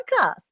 podcast